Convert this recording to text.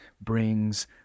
brings